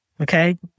Okay